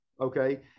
Okay